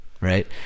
Right